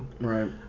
Right